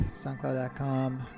soundcloud.com